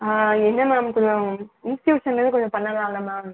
என்ன மேம் கொஞ்சம் இன்ஸ்ட்யூஷன்லேந்து கொஞ்சம் பண்ணலாம்ல மேம்